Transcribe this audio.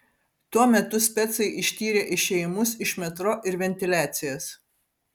tuo metu specai ištyrė išėjimus iš metro ir ventiliacijas